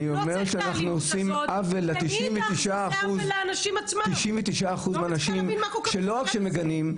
אני אומר שאנחנו עושים עוול ל-99% מן האנשים שלא רק שהם מגנים,